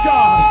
God